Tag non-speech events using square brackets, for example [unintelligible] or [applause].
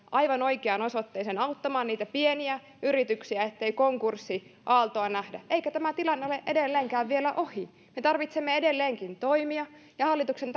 [unintelligible] aivan oikeaan osoitteeseen auttamaan niitä pieniä yrityksiä ettei konkurssiaaltoa nähdä eikä tämä tilanne ole edelleenkään vielä ohi me tarvitsemme edelleenkin toimia ja hallituksen [unintelligible]